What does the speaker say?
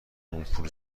آمپول